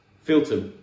filter